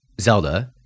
Zelda